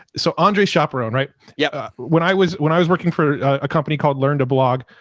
so andre chaperon, right yeah when i was, when i was working for a company called learn to blog,